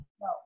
No